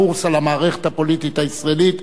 קורס על המערכת הפוליטית הישראלית.